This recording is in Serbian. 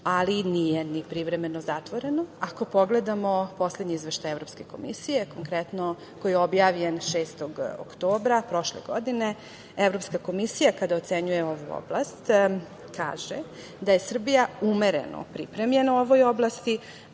ali nije ni privremeno zatvoreno. Ako pogledamo poslednji Izveštaj Evropske komisije, konkretno, koji je objavljen 6. oktobra prošle godine, Evropska komisija kada ocenjuje ovu oblast kaže da je Srbija umereno pripremljena u ovoj